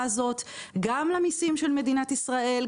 הזאת גם למיסים של מדינת של מדינת ישראל,